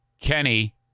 kenny